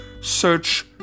search